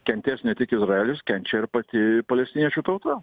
kentės ne tik izraelis kenčia ir pati palestiniečių tauta